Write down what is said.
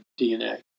DNA